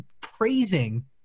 praising